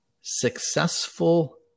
successful